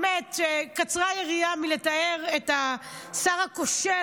באמת קצרה היריעה מלתאר את השר הכושל,